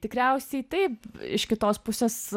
tikriausiai taip iš kitos pusės